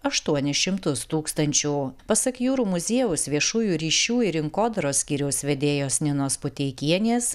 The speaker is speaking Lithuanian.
aštuonis šimtus tūkstančių pasak jūrų muziejaus viešųjų ryšių ir rinkodaros skyriaus vedėjos ninos puteikienės